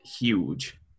huge